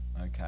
Okay